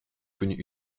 connus